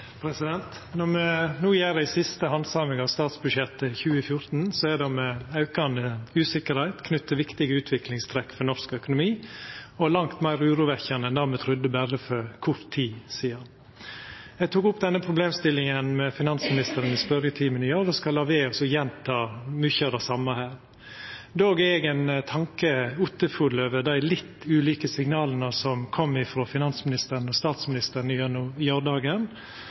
det med aukande usikkerheit knytt til viktige utviklingstrekk ved norsk økonomi og langt meir urovekkjande enn me trudde berre for kort tid sidan. Eg tok opp denne problemstillinga med finansministeren i spørjetimen i går og skal la vera å gjenta mykje av det same her. Likevel er eg ein tanke ottefull over dei litt ulike signala som kom frå finansministeren og statsministeren gjennom